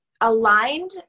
aligned